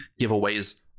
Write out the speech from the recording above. giveaways